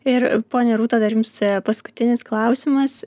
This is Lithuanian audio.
ir ponia rūta dar jums paskutinis klausimas